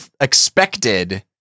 expected